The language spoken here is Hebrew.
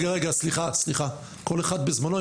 סליחה, סליחה, כל אחד בזמנו.